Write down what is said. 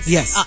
Yes